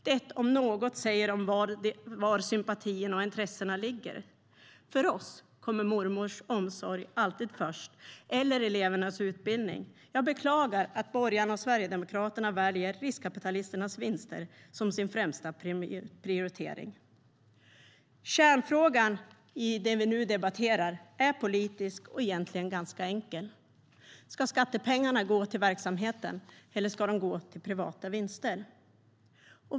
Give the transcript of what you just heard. Detta om något säger var sympatierna och intressena ligger. För oss kommer mormors omsorg eller elevernas utbildning alltid först. Jag beklagar att borgarna och Sverigedemokraterna väljer riskkapitalisternas vinster som sin främsta prioritering. Kärnfrågan i det vi nu debatterar är politisk och egentligen ganska enkel. Ska skattepengarna gå till verksamheten, eller ska de gå till privata vinster?